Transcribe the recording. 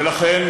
ולכן,